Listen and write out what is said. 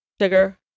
sugar